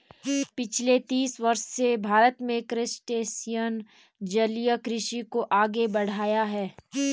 पिछले तीस वर्षों से भारत में क्रस्टेशियन जलीय कृषि को आगे बढ़ाया है